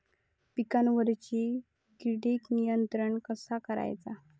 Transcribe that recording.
पिकावरची किडीक नियंत्रण कसा करायचा?